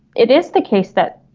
it is the case that